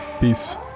Peace